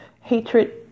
hatred